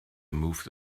moved